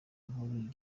nkuru